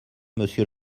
monsieur